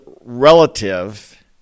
relative